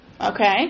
Okay